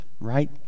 right